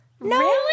No